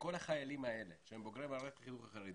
לכל החיילים האלה שהם בוגרי מערכת החינוך החרדית.